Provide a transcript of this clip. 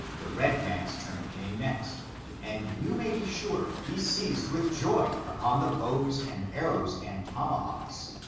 the red man's turn came next and you may be sure he seized with joy upon the bows, and arrows and tomahawks.